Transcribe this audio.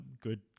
Good